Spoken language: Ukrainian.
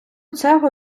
цего